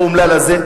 האומלל הזה?